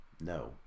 no